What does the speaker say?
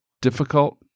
difficult